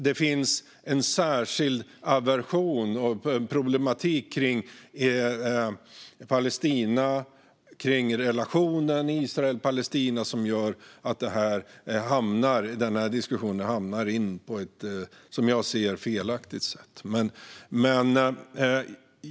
Det finns en särskild aversion och problematik när det gäller Palestina och relationen mellan Israel och Palestina som gör att denna diskussion, som jag ser det, förs på ett felaktigt sätt.